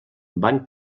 van